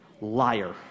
Liar